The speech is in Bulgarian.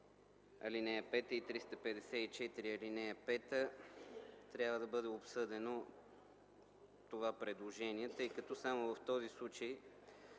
и чл. 354, ал. 5, трябва да бъде обсъдено това предложение, тъй като само в този случай